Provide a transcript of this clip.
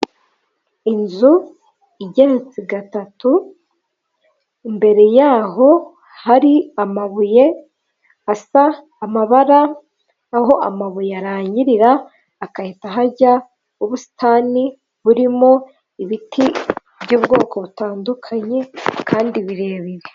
Inzu igeretse gatatu, imbere yaho hari amabuye asa amabara, aho amabuye arangirira hagahita hajya ubusitani burimo ibiti by'ubwoko butandukanye kandi birebire.